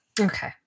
Okay